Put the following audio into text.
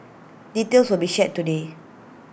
details will be shared today